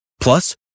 Plus